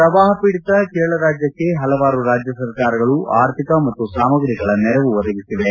ಪ್ರವಾಹ ಪೀಡಿತ ಕೇರಳ ರಾಜ್ಯಕ್ಷೆ ಹಲವಾರು ರಾಜ್ಯ ಸರ್ಕಾರಗಳು ಆರ್ಥಿಕ ಮತ್ತು ಸಾಮಗ್ರಿಗಳ ನೆರವು ಒದಗಿಸಿವೆ